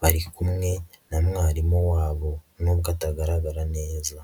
Bari kumwe na mwarimu wabo nubwo atagaragara neza.